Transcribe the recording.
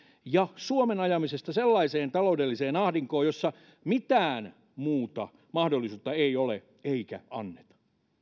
ja suomen ajamisesta sellaiseen taloudelliseen ahdinkoon jossa mitään muuta mahdollisuutta ei ole eikä anneta